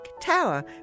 tower